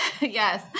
yes